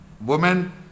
women